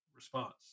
Response